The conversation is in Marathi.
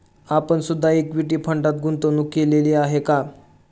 आपण सुद्धा इक्विटी फंडात गुंतवणूक केलेली आहे का?